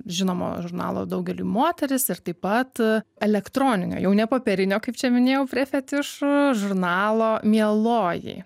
žinomo žurnalo daugeliui moteris ir taip pat elektroninio jau ne popierinio kaip čia minėjau prie fetišų žurnalo mieloji